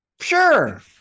Sure